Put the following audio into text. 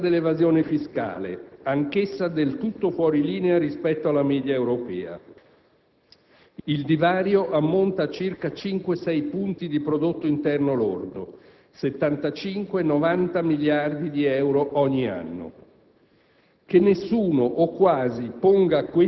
La seconda anomalia è l'ampiezza dell'evasione fiscale, anch'essa del tutto fuori linea rispetto alla media europea. Il divario ammonta a circa 5-6 punti di Prodotto interno lordo: 75-90 miliardi di euro ogni anno.